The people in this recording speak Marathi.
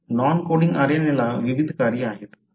नॉन कोडिंग RNA ला विविध कार्ये आहेत